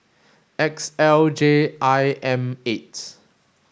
X L J I M eight